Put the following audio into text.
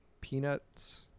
Peanuts